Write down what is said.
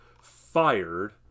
fired